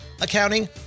accounting